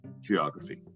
geography